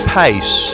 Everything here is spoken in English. pace